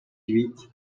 huit